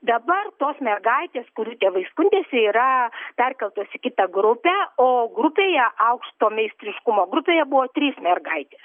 dabar tos mergaitės kurių tėvai skundėsi yra perkeltos į kitą grupę o grupėje aukšto meistriškumo grupėje buvo trys mergaitės